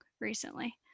recently